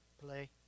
play